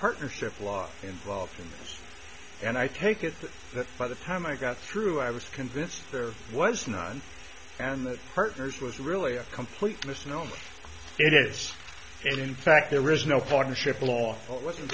partnership law involved and i take it that by the time i got through i was convinced there was none and that partners was really a complete misnomer it is in fact there is no partnership lawful it wasn't